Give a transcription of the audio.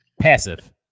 Passive